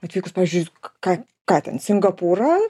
atvykus pavyzdžiui ką ką ten singapūrą